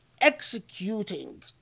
executing